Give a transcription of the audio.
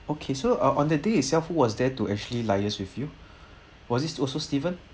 okay so uh on the day itself who was there to actually liaised with you was it also steven